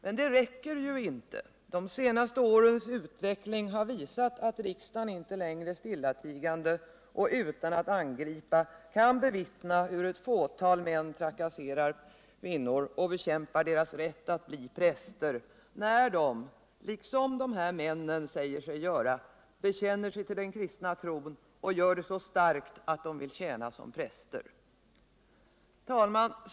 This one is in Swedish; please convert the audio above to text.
Men det räcker ju inte. De senaste årens utveckling har visat att riksdagen inte längre stillatigande och utan att ingripa kan bevittna hur ett fåtal män trakasserar kvinnor och bekämpar deras rätt att bli präster när de — liksom de här männen säger sig göra — bekänner sig till den kristna tron och gör det så starkt att de vill tjäna som präster. Herr talman!